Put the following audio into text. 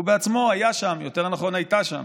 בעצמו היה שם, יותר נכון הייתה שם.